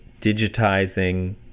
digitizing